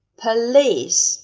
police